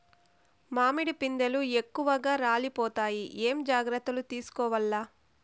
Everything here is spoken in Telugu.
మామిడి పిందెలు ఎక్కువగా రాలిపోతాయి ఏమేం జాగ్రత్తలు తీసుకోవల్ల?